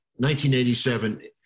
1987